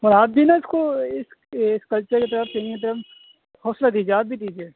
اور آپ بھی نا اس کو اس اس کلچر کی طرف سنگنگ کی طرف حوصلہ دیجیے آپ بھی دیجیے